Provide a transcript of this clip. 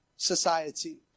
Society